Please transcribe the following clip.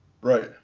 Right